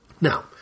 Now